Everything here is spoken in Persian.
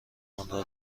آنرا